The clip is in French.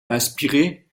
inspirée